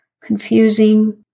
confusing